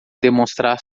demonstrar